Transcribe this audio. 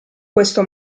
questo